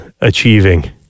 achieving